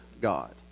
God